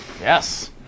Yes